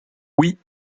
oui